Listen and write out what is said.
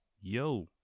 yo